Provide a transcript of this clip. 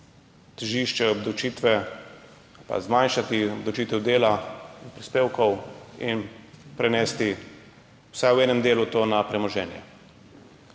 težišče obdavčitve ali pa zmanjšati obdavčitev dela in prispevkov in prenesti vsaj v enem delu to na premoženje.